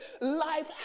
Life